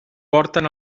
porten